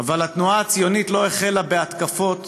אבל התנועה הציונית לא החלה בהתקפות